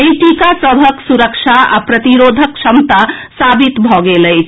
एहि टीका सभक सुरक्षा आ प्रतिरोधक क्षमता सिद्ध भऽ गेल अछि